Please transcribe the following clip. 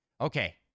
Okay